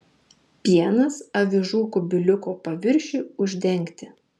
pienas avižų kubiliuko paviršiui uždengti